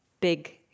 big